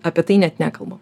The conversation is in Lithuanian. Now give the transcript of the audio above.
apie tai net nekalbam